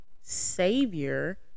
savior